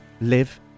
live